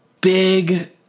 big